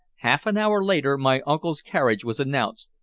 half an hour later my uncle's carriage was announced,